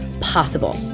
possible